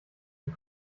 für